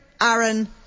Aaron